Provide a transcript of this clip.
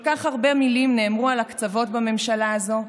כל כך הרבה מילים נאמרו על הקצוות בממשלה הזאת.